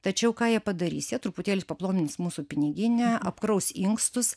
tačiau ką jie padarys jie truputėlį paplonins mūsų piniginę apkraus inkstus